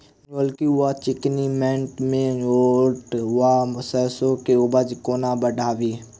गोरकी वा चिकनी मैंट मे गोट वा सैरसो केँ उपज कोना बढ़ाबी?